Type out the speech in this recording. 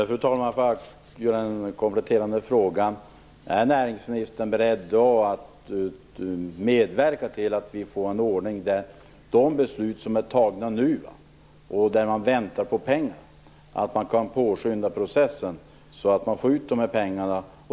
Fru talman! Jag vill bara ställa en kompletterande fråga: Är näringsministern beredd att medverka till att vi får en sådan ordning, när det gäller de beslut som är tagna nu, och där man väntar på pengar, att man kan påskynda processen så att man får ut pengarna?